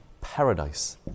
Paradise